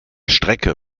strecke